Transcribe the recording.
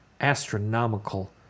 astronomical